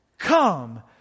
Come